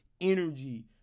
energy